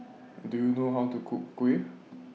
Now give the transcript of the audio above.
Do YOU know How to Cook Kuih